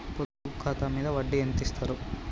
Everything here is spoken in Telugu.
పొదుపు ఖాతా మీద వడ్డీ ఎంతిస్తరు?